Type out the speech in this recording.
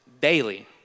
daily